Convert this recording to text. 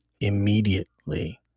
immediately